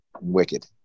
wicked